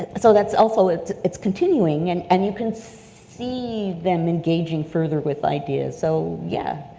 and so that's also, it's it's continuing, and and you can see them engaging further with ideas, so yeah,